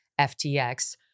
FTX